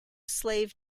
slave